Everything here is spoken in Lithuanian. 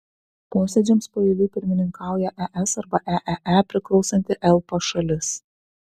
posėdžiams paeiliui pirmininkauja es arba eee priklausanti elpa šalis